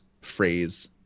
phrase